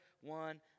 one